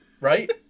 Right